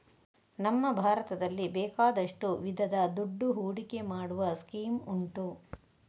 ನಮ್ಮ ಭಾರತದಲ್ಲಿ ಬೇಕಾದಷ್ಟು ವಿಧದ ದುಡ್ಡು ಹೂಡಿಕೆ ಮಾಡುವ ಸ್ಕೀಮ್ ಉಂಟು